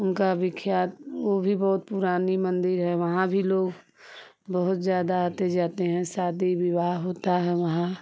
उनका विख्यात वो भी बहुत पुरानी मंदिर है वहाँ भी लोग बहुत ज़्यादा आते जाते हैं शादी विवाह होता है वहाँ